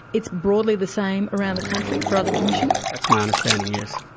it's broadly the same around the country for other commissions? that's my understanding, yes.